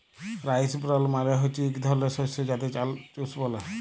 rice bran মালে হচ্যে ইক ধরলের শস্য যাতে চাল চুষ ব্যলে